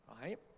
right